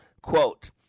Quote